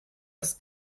das